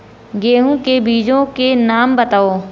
गेहूँ के बीजों के नाम बताओ?